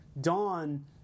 Dawn